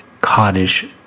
cottage